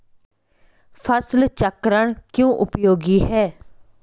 फसल चक्रण क्यों उपयोगी है?